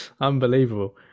Unbelievable